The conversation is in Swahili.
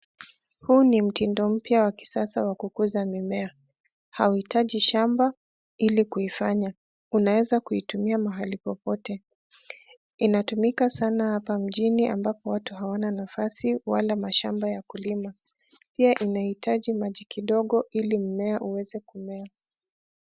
Huu ni mtindo mpya wa kisasa wa kukuza mimea. Hauhitaji shamba ili kuifanya. Unaweza kuitumia mahali popote. Inatumika sana hapa mjini ambapo watu hawana nafasi wala mashamba ya kulima. Pia inahitaji maji kidogo ili mmea uweze kumea.